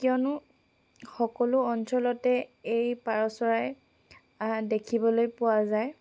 কিয়নো সকলো অঞ্চলতে এই পাৰ চৰাই দেখিবলৈ পোৱা যায়